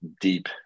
deep